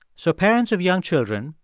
so parents of young children,